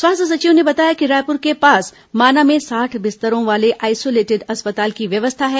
स्वास्थ्य सचिव ने बताया कि रायपुर के पास माना में साठ बिस्तरों वाले आइसोलेटेड अस्पताल की व्यवस्था है